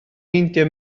meindio